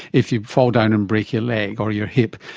if you fall down and break your leg or your hip,